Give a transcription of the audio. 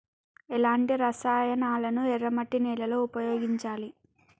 ఎలాంటి రసాయనాలను ఎర్ర మట్టి నేల లో ఉపయోగించాలి?